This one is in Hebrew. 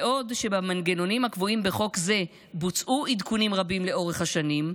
בעוד במנגנונים הקבועים בחוק זה בוצעו עדכונים רבים לאורך השנים,